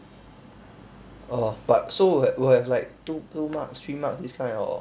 oh but so will have will have like two two marks three marks this kind or